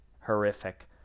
horrific